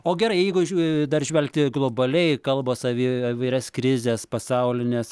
o gerai jeigu žiū dar žvelgti globaliai kalbos avie įvairias krizes pasaulines